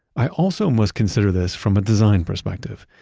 i also must consider this from a design perspective.